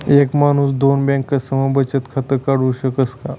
एक माणूस दोन बँकास्मा बचत खातं काढु शकस का?